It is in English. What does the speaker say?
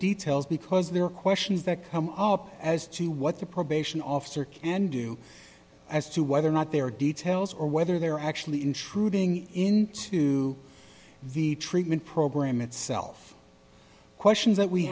details because there are questions that come up as to what the probation officer can do as to whether or not there are details or whether they're actually intruding into the treatment program itself questions that we